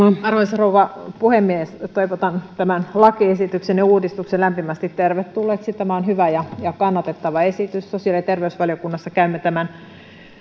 arvoisa rouva puhemies toivotan tämän lakiesityksen ja uudistuksen lämpimästi tervetulleeksi tämä on hyvä ja kannatettava esitys sosiaali ja terveysvaliokunnassa käymme tämän